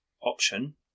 option